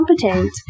competent